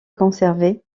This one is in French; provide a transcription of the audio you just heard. conservé